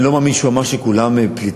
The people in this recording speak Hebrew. אני לא מאמין שהוא אמר שכולם פליטים.